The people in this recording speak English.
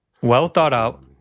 well-thought-out